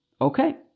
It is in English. Okay